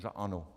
Za ANO.